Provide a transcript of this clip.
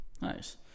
nice